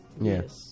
yes